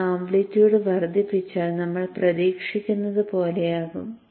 ഞാൻ ആംപ്ലിറ്റ്യൂഡ് വർദ്ധിപ്പിച്ചാൽ നമ്മൾ പ്രതീക്ഷിക്കുന്നത് പോലെ ആകും